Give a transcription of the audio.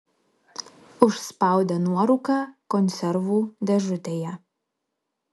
užspaudė nuorūką konservų dėžutėje